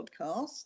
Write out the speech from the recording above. podcast